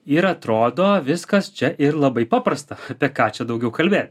ir atrodo viskas čia ir labai paprasta apie ką čia daugiau kalbėt